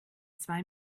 zwei